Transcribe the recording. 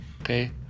okay